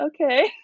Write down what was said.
okay